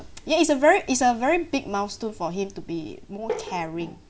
ya it's a very it's a very big milestone for him to be more caring